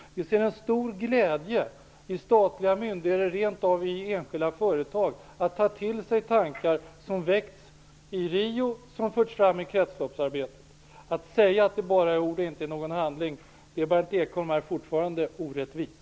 Vi upplever också en stor glädje hos statliga myndigheter och rent av i enskilda företag när det gäller att ta till sig tankar som väckts i Rio och som förts fram i kretsloppsarbetet. Att säga att det bara är ord och ingen handling är fortfarande orättvist,